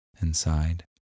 Inside